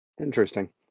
Interesting